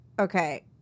okay